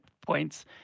points